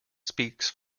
speaks